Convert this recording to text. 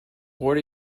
what